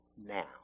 now